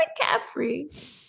McCaffrey